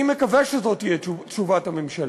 אני מקווה שזאת תהיה תשובת הממשלה.